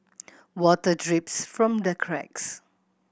water drips from the cracks